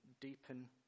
deepen